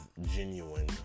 genuine